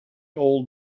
old